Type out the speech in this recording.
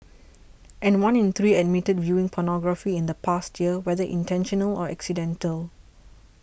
and one in three admitted viewing pornography in the past year whether intentional or accidental